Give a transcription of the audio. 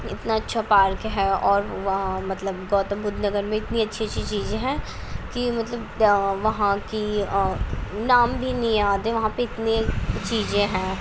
اتنا اچھا پارک ہے اور وہاں مطلب گوتم بدھ نگر میں اتنی اچھی اچھی چیزیں ہیں کہ مطلب وہاں کی نام بھی نہیں آتے وہاں پہ اتنی چیزیں ہیں